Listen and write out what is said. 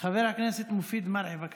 חבר הכנסת מופיד מרעי, בבקשה.